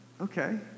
okay